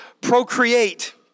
procreate